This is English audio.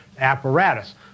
apparatus